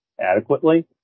adequately